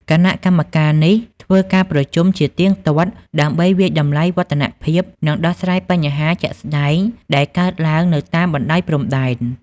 គណៈកម្មការនេះធ្វើការប្រជុំជាទៀងទាត់ដើម្បីវាយតម្លៃវឌ្ឍនភាព និងដោះស្រាយបញ្ហាជាក់ស្តែងដែលកើតឡើងនៅតាមបណ្តោយព្រំដែន។